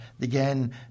again